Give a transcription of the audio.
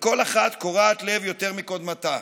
וכל אחת קורעת לב יותר מקודמתה.